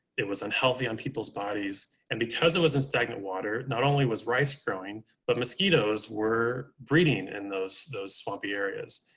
it was unhealthy on people's bodies. and because it was in stagnant water, not only was rice growing, but mosquitoes were breeding in those those swampy areas.